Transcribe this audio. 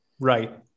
Right